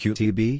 Qtb